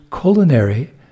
culinary